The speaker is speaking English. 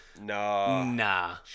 Nah